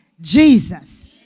Jesus